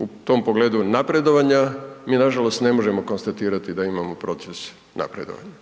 u tom pogledu napredovanja, mi nažalost ne možemo konstatirati da imamo proces napredovanja.